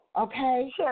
Okay